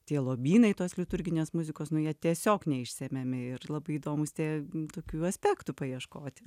tie lobynai tos liturginės muzikos nu jie tiesiog neišsemiami ir labai įdomūs tie tokių aspektų paieškoti